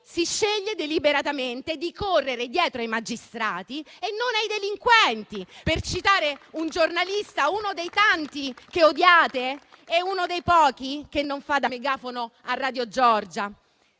si sceglie deliberatamente di correre dietro ai magistrati e non ai delinquenti, per citare un giornalista, uno dei tanti che odiate e uno dei pochi che non fa da megafono a radio Giorgia.